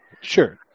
Sure